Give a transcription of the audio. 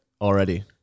already